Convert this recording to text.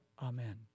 Amen